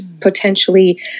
potentially